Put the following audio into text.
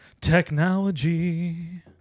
Technology